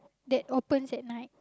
that opens at night